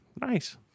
Nice